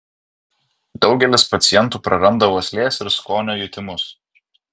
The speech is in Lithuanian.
daugelis pacientų prarandą uoslės ir skonio jutimus